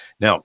Now